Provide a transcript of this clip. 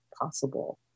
possible